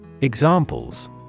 examples